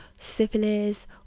syphilis